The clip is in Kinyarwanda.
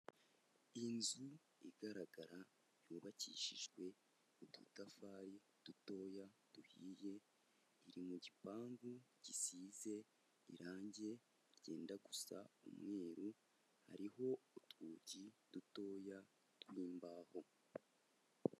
Inzu igaragara yubakishijwe udutafari dutoya, duhiye iri mu gipangu gisize irange ryenda gusa umweru hariho utwugi dutoya n'imbaho.